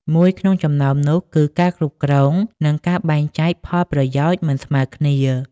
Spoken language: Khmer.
មួយក្នុងចំណោមនោះគឺ ការគ្រប់គ្រង និងការបែងចែកផលប្រយោជន៍មិនស្មើគ្នា។